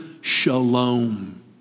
shalom